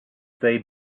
they